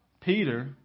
Peter